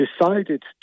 decided